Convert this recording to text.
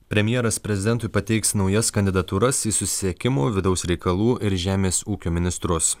premjeras prezidentui pateiks naujas kandidatūras į susisiekimo vidaus reikalų ir žemės ūkio ministrus